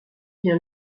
bien